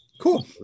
cool